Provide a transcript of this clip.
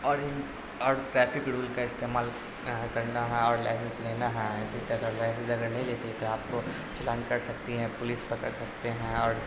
اور ان اور ٹریفک رول کا استعمال کرنا ہے اور لائسنس لینا ہے اسی طرح اگر لائسنس اگر نہیں لیتے تو آپ کو چلان کٹ سکتی ہے پولیس پکڑ سکتے ہیں اور